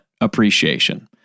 appreciation